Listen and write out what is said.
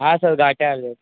हा सर गाठ्या आल्या आहेत